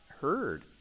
heard